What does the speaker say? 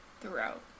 throughout